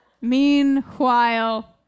meanwhile